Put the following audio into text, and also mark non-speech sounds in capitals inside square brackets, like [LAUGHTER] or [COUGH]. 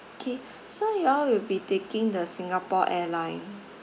K [BREATH] so you all will be taking the singapore airline